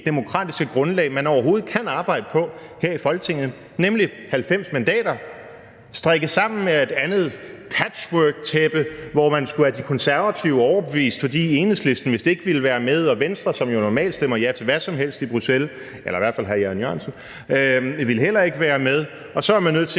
demokratiske grundlag, man overhovedet kan arbejde på her i Folketinget, nemlig 90 mandater, strikket sammen af et andet patchworktæppe, hvor man skulle have De Konservative overbevist, fordi Enhedslisten vist ikke ville være med, og Venstre, som jo normalt stemmer ja til hvad som helst i Bruxelles, eller i hvert fald hr. Jan E. Jørgensen, ville heller ikke være med, og så var man nødt til